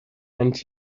and